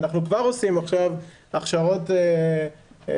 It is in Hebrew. אנחנו כבר עושים עכשיו הכשרות וירטואליות